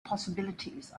possibilities